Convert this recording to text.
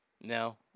No